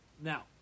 Now